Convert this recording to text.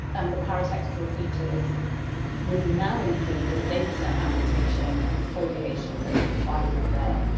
um the paratextual features would now include the later annotation and foliation that is provided there,